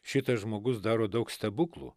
šitas žmogus daro daug stebuklų